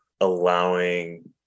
allowing